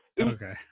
Okay